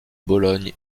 bologne